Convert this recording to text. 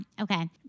okay